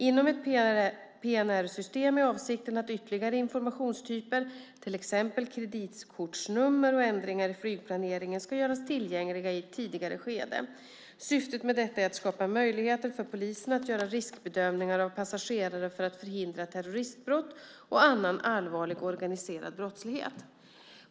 Inom ett PNR-system är avsikten att ytterligare informationstyper, till exempel kreditkortsnummer och ändringar i flygplaneringen, ska göras tillgängliga i ett tidigare skede. Syftet med detta är att skapa möjligheter för polisen att göra riskbedömningar av passagerare för att förhindra terroristbrott och annan allvarlig organiserad brottslighet.